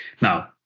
Now